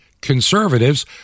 conservatives